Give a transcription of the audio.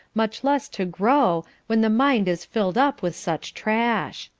much less to grow, when the mind is filled up with such trash.